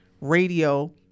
radio